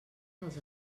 dels